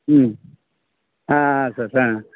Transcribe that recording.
ಹ್ಞೂ ಹಾಂ ಹಾಂ ಸರ್ ಸಾ